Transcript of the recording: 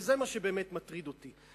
וזה מה שבאמת מטריד אותי,